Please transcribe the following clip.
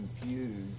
confused